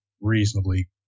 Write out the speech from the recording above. reasonably